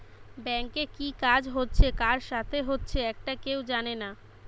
ব্যাংকে কি কাজ হচ্ছে কার সাথে হচ্চে একটা কেউ জানে না